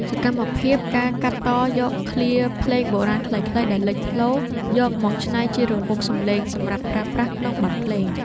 សកម្មភាព ការកាត់តយកឃ្លាភ្លេងបុរាណខ្លីៗដែលលេចធ្លោ យកមកច្នៃជារង្វង់សំឡេង សម្រាប់ប្រើប្រាស់ក្នុងបទភ្លេង។